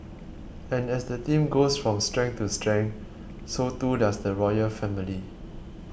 and as the team goes from strength to strength so too does the royal family